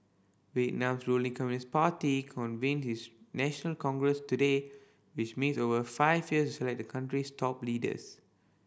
Vietnam's ruling Communist Party convene its national congress today which meets every five years to select the country's top leaders